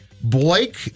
Blake